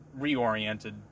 reoriented